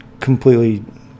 completely